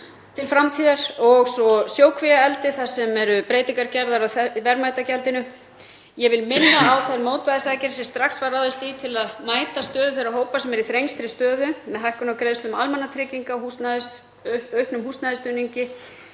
til framtíðar og svo sjókvíaeldi þar sem breytingar eru gerðar á verðmætagjaldinu. Ég vil minna á þær mótvægisaðgerðir sem strax var ráðist í til að mæta stöðu þeirra hópa sem eru í þrengstri stöðu með hækkun á greiðslum almannatrygginga og auknum húsnæðisstuðningi.